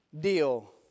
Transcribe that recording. deal